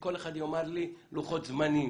שכל אחד יאמר לי לוחות זמנים,